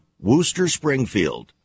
Worcester-Springfield